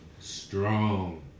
Strong